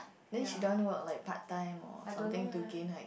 then she don't want to work like part-time or something to gain like